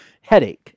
headache